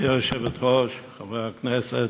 גברתי היושבת-ראש, חברי הכנסת,